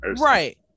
Right